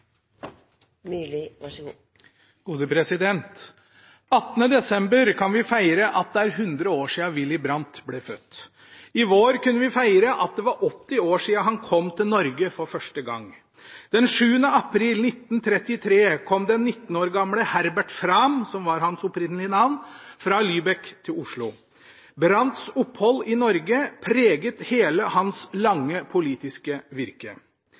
100 år siden Willy Brandt ble født. I vår kunne vi feire at det var 80 år siden han kom til Norge for første gang. Den 7. april 1933 kom den 19 år gamle Herbert Frahm – som var hans opprinnelige navn – fra Lübeck til Oslo. Brandts opphold i Norge preget hele hans lange politiske virke.